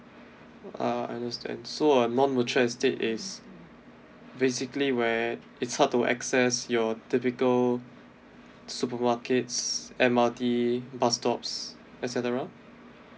uh I understand so a non mature estate is basically where it's hard to access your typical supermarkets M_R_T bus stops etcetera